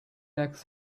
lacks